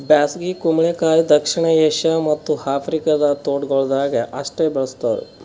ಬ್ಯಾಸಗಿ ಕುಂಬಳಕಾಯಿ ದಕ್ಷಿಣ ಏಷ್ಯಾ ಮತ್ತ್ ಆಫ್ರಿಕಾದ ತೋಟಗೊಳ್ದಾಗ್ ಅಷ್ಟೆ ಬೆಳುಸ್ತಾರ್